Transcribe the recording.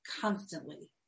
constantly